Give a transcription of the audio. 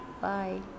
Bye